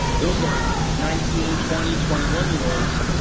those are nineteen, twenty, twenty one year olds,